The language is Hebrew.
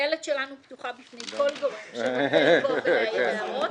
הדלת שלנו פתוחה בפני כל גורם שרוצה לבוא ולהעיר הערות.